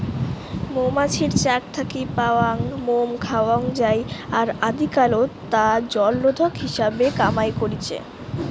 মৌমাছির চাক থাকি পাওয়াং মোম খাওয়াং যাই আর আদিকালত তা জলরোধক হিসাবে কামাই করিচে